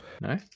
no